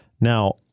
Now